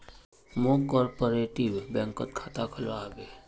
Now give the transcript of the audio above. मौक कॉपरेटिव बैंकत खाता खोलवा हबे